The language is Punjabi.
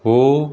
ਹੋ